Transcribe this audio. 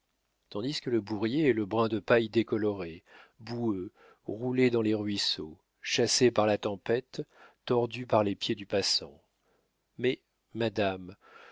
tandis que le bourrier est le brin de paille décoloré boueux roulé dans les ruisseaux chassé par la tempête tordu par les pieds du passant mais madame